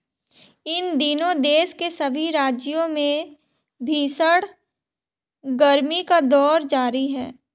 इन दिनों देश के सभी राज्यों में भीषण गर्मी का दौर जारी है